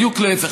בדיוק להפך.